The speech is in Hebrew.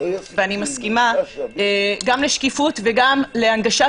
ואני מסכימה גם לשקיפות וגם להנגשת